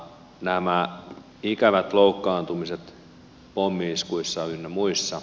nämä ikävät loukkaantumiset pommi iskuissa ynnä muuta